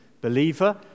believer